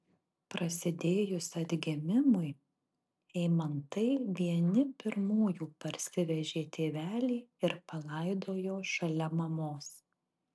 prasidėjus atgimimui eimantai vieni pirmųjų parsivežė tėvelį ir palaidojo šalia mamos